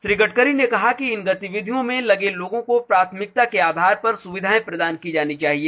श्री गडकरी ने कहा कि इन गतिविधियों में लगे लोगों को प्राथमिकता के आधार पर सुविधाएं प्रदान की जानी चाहिए